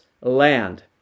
land